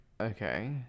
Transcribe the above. Okay